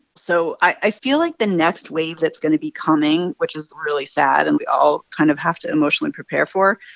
so i feel like the next wave that's going to be coming, which is sad and we all kind of have to emotionally prepare for,